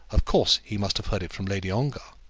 of course he must have heard it from lady ongar.